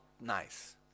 nice